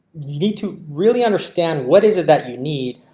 need to really understand. what is it that you need?